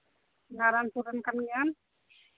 ᱱᱟᱨᱟᱯᱩᱨ ᱨᱮᱱ ᱠᱟᱱ ᱜᱮᱭᱟᱢ